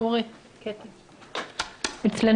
13